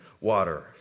water